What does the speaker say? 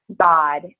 God